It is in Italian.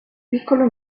piccolo